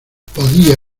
podía